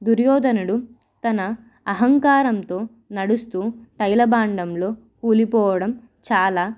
దుర్యోదనడు తన అహంకారంతో నడుస్తూ టైలబాండంలో కూలిపోవడం చాలా